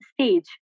stage